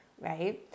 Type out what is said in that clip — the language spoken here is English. right